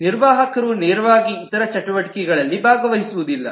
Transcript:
ನಿರ್ವಾಹಕರು ನೇರವಾಗಿ ಇತರ ಚಟುವಟಿಕೆಗಳಲ್ಲಿ ಭಾಗವಹಿಸುವುದಿಲ್ಲ